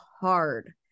hard